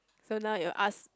so now you'll ask